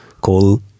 call